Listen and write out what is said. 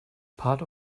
part